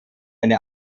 eine